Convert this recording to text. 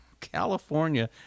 California